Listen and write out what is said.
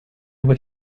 voi